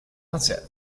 outset